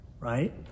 Right